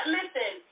listen